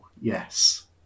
yes